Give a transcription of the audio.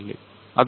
ಅದು ಇಂಡಸ್ಟ್ರಿ 4